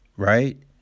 right